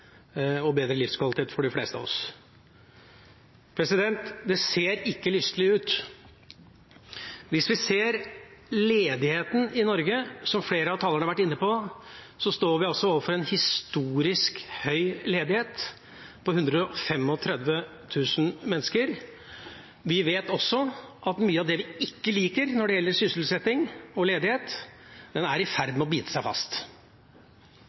og bedre livskvalitet for de fleste av oss. Det ser ikke lystelig ut. Hvis vi ser på ledigheten i Norge, som flere av talerne har vært inne på, står vi overfor en historisk høy ledighet på 135 000 mennesker. Vi vet også at mye av det vi ikke liker når det gjelder sysselsetting og ledighet, er i ferd med å bite seg fast.